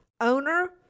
owner